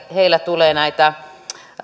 heillä tulee näitä